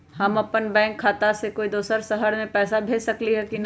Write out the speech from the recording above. हम अपन बैंक खाता से कोई दोसर शहर में पैसा भेज सकली ह की न?